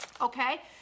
Okay